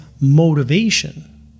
motivation